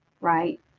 right